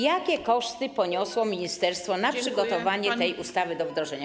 Jakie koszty poniosło ministerstwo na przygotowanie tej ustawy do wdrożenia?